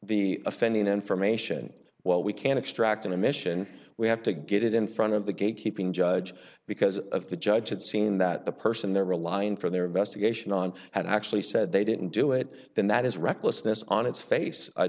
the offending information while we can extract an admission we have to get it in front of the gate keeping judge because of the judge had seen that the person they're relying for their investigation on had actually said they didn't do it then that is recklessness on its face